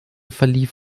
verlief